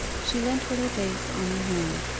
she leant with her face on her hand,